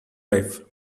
life